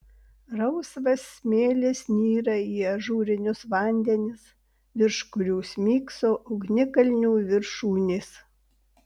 rausvas smėlis nyra į ažūrinius vandenis virš kurių smygso ugnikalnių viršūnės